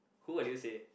who will you say